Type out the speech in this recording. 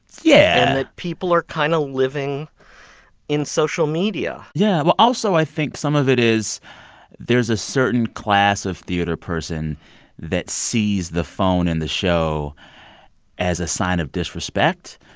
yeah. and that people are kind of living in social media yeah, but also, i think some of it is there's is a certain class of theater person that sees the phone in the show as a sign of disrespect.